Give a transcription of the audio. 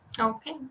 Okay